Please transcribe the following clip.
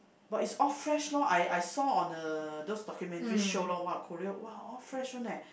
but is all fresh loh I I saw on a those documentary show loh !wah! Korea !wah! all fresh one leh